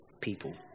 people